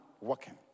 working